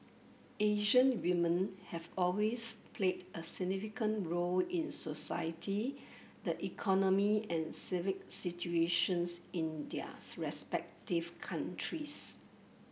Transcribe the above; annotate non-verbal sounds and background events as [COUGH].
Asian women have always played a significant role in society the economy and civic institutions in their [UNINTELLIGIBLE] respective countries